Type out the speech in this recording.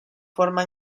forma